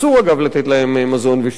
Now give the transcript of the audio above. אסור לתת להם מזון ושתייה,